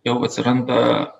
jau atsiranda